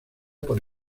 por